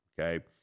Okay